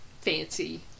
fancy